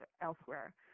elsewhere